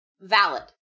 valid